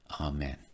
amen